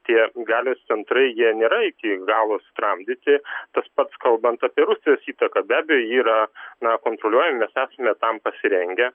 tie galios centrai jie nėra iki galo sutramdyti tas pats kalbant apie rusijos įtaką be abejo ji yra na kontroliuojam mes esame tam pasirengę